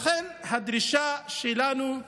לכן, הדרישה שלנו היא